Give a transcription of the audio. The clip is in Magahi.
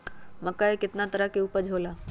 मक्का के कितना तरह के उपज हो ला?